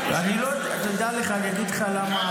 על החבר'ה --- אני אגיד לך למה